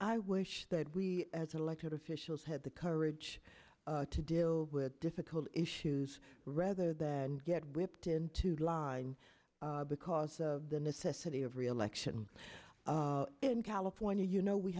i wish that we as elected officials had the courage to deal with difficult issues rather than get whipped into line because of the necessity of reelection in california you know we